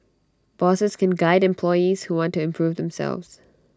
bosses can guide employees who want to improve themselves